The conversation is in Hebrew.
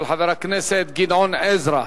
של חבר הכנסת גדעון עזרא.